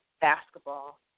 basketball